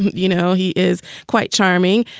you know, he is quite charming.